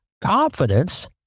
confidence